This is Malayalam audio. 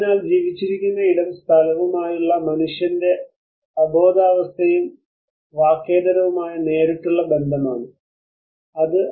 അതിനാൽ ജീവിച്ചിരിക്കുന്ന ഇടം സ്ഥലവും ആയുള്ള മനുഷ്യന്റെ അബോധാവസ്ഥയും വാക്കേതരവുമായ നേരിട്ടുള്ള ബന്ധമാണ് അത് ഒരുതരം പ്രാതിനിധ്യ സ്ഥലമാണ്